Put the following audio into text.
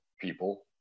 people